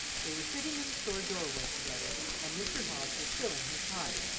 they were sitting in the store door-way together, and mr. hobbs was filling his pipe.